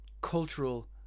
cultural